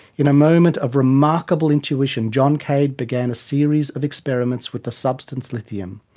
in a moment of remarkable intuition, john cade began a series of experiments with the substance lithium.